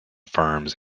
firms